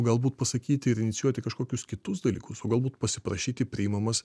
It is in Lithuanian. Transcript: galbūt pasakyti ir inicijuoti kažkokius kitus dalykus o galbūt pasiprašyti priimamas